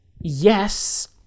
yes